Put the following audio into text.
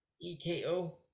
E-K-O